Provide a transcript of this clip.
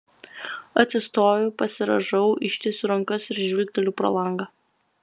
atsistoju pasirąžau ištiesiu rankas ir žvilgteliu pro langą